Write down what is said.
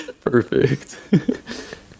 perfect